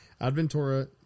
adventura